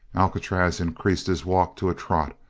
alcatraz increased his walk to a trot,